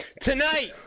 tonight